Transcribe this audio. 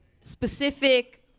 specific